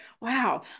wow